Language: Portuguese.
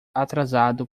atrasado